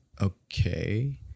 okay